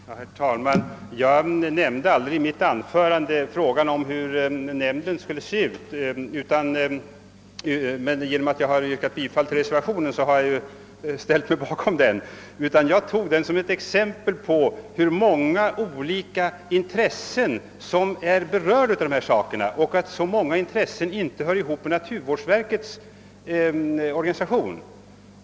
Herr talman! Jag nämnde aldrig i mitt föregående anförande frågan om hur forskningsnämnden skulle se ut, men genom att jag har yrkat bifall till reservationen 1 har jag ställt mig bakom den utformning som där föreslås. Jag tog upp denna nämnd som ett exempel på hur många olika intressen som är berörda i detta sammanhang och för att visa att många av dessa inte hör samman med naturvårdsverkets organisation.